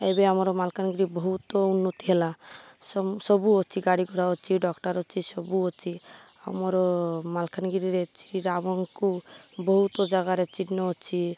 ଏବେ ଆମର ମାଲକାନଗିରି ବହୁତ ଉନ୍ନତି ହେଲା ସବୁ ଅଛି ଗାଡ଼ି ଘୋଡ଼ା ଅଛି ଡକ୍ଟର ଅଛି ସବୁ ଅଛି ଆମର ମାଲକାନଗିରିରେ ଅଛି ରାମଙ୍କୁ ବହୁତ ଜାଗାରେ ଚିହ୍ନ ଅଛି